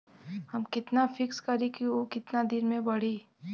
हम कितना फिक्स करी और ऊ कितना दिन में बड़ी?